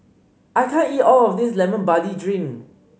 I can't eat all of this Lemon Barley Drink